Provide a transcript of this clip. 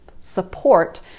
support